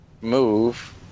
move